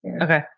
Okay